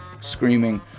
screaming